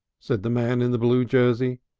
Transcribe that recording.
said the man in the blue jersey,